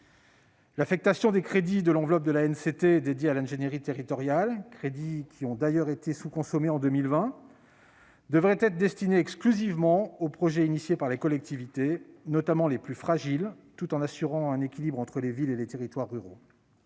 tardivement. Les crédits de l'enveloppe de l'ANCT dédiée à l'ingénierie territoriale, d'ailleurs sous-consommés en 2020, devraient être affectés exclusivement aux projets lancés par les collectivités, notamment par les plus fragiles, tout en assurant un équilibre entre les villes et les territoires ruraux.